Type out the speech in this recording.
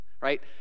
right